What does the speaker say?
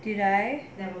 did I